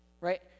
right